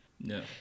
No